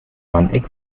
man